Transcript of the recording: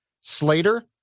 Slater